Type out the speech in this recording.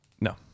No